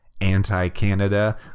anti-Canada